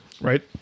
right